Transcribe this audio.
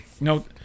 No